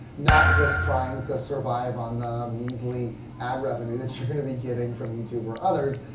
not just trying to survive on the measly ad revenue that you're going to be getting from youtube or others,